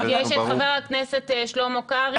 יש את חבר הכנסת שלמה קרעי,